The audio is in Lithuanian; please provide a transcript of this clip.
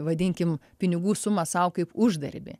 vadinkim pinigų sumą sau kaip uždarbį